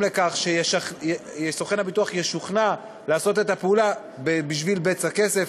לכך שסוכן הביטוח ישוכנע לעשות את הפעולה בשביל בצע כסף,